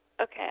okay